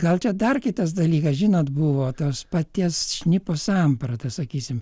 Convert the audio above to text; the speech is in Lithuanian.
gal čia dar kitas dalykas žinot buvo tos paties šnipo samprata sakysim